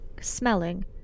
smelling